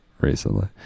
recently